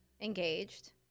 engaged